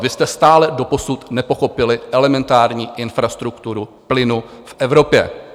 Vy jste stále doposud nepochopili elementární infrastrukturu plynu v Evropě.